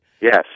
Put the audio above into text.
yes